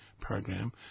program